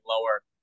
lower